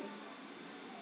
right